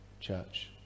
church